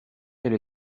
elle